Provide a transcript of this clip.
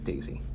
Daisy